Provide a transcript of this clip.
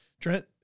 Trent